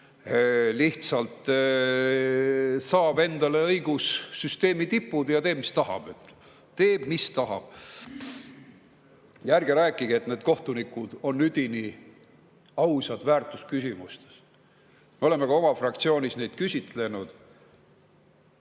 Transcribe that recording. lihtsalt saab endale õigussüsteemi tipud ja teeb, mis tahab. Teeb, mis tahab! Ja ärge rääkige, et need kohtunikud on üdini ausad väärtusküsimustes. Me oleme ka oma fraktsioonis neid küsitlenud